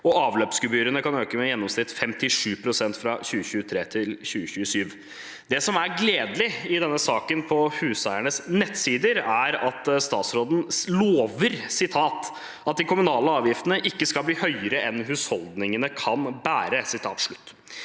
at avløpsgebyrene kan øke med i gjennomsnitt 57 pst. fra 2023 til 2027. Det som er gledelig i denne saken på Huseiernes nettsider, er at statsråden «lover at de kommunale avgiftene ikke skal bli høyere enn husholdningene kan bære».